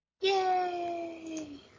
Yay